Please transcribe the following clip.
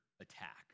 attack